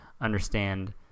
understand